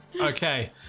Okay